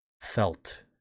felt